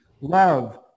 love